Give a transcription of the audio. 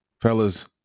Fellas